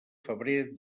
febrer